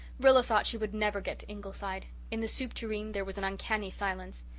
rilla thought she would never get to ingleside. in the soup tureen there was an uncanny silence.